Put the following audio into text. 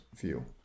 view